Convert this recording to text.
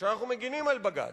כשאנחנו מגינים על בג"ץ,